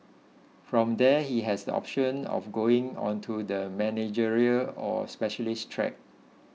from there he has the option of going on to the managerial or specialist track